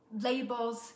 labels